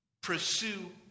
pursue